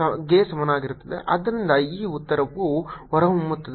ಆದ್ದರಿಂದ ಈ ಉತ್ತರವು ಹೊರಹೊಮ್ಮುತ್ತದೆ